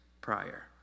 prior